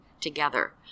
together